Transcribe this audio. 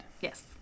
Yes